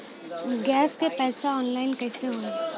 Gas क पैसा online कइसे होई?